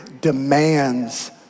demands